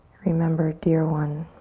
remember, dear one,